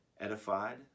edified